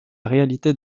réalité